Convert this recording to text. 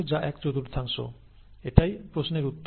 এটাই প্রশ্নের উত্তর